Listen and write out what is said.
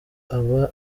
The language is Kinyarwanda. aba